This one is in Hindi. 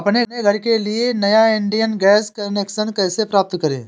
अपने घर के लिए नया इंडियन गैस कनेक्शन कैसे प्राप्त करें?